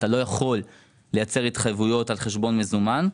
אתה לא יכול לייצר התחייבויות על חשבון מזומן.